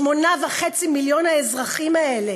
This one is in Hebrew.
8.5 מיליון האזרחים האלה?